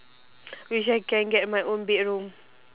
which I can get my own bedroom